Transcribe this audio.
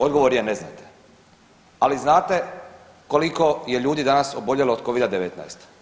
Odgovor je ne znate, ali znate koliko je ljudi danas oboljelo od Covida-19.